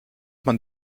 man